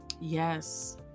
Yes